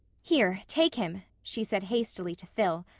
here, take him, she said hastily to phil.